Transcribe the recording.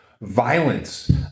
Violence